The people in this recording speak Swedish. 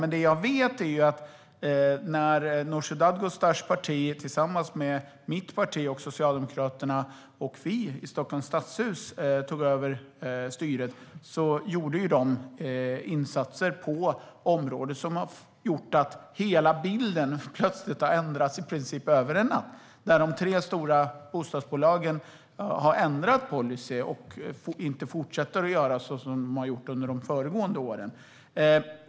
Men när Nooshi Dadgostars parti tillsammans med mitt parti, Socialdemokraterna och FI tog över styret i Stockholms stadshus gjordes insatser på området, vilket har gjort att hela bilden ändrades över i princip en natt. De tre stora bostadsbolagen har ändrat policy och fortsätter inte att göra så som de har gjort under föregående år.